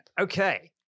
okay